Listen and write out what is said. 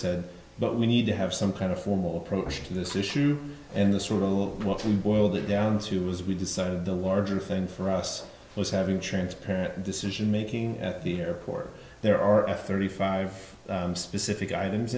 said but we need to have some kind of formal approach to this issue and the sort of what we boiled it down to was we decided the larger thing for us was having transparent decision making at the airport there are thirty five specific items